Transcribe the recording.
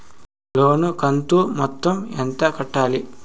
లోను కంతు మొత్తం ఎంత కట్టాలి?